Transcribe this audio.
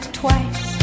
twice